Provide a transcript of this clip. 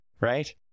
Right